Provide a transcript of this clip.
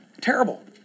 Terrible